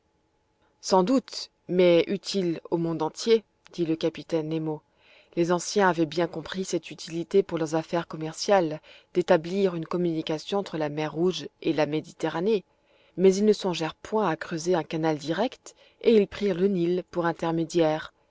sans doute mais utile au monde entier dit le capitaine nemo les anciens avaient bien compris cette utilité pour leurs affaires commerciales d'établir une communication entre la mer rouge et la méditerranée mais ils ne songèrent point à creuser un canal direct et ils prirent le nil pour intermédiaire